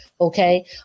okay